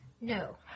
No